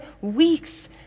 weeks